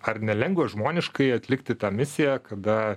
ar nelengva žmoniškai atlikti tą misiją kada